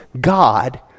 God